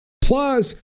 plus